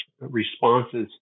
responses